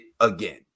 again